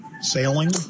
Sailing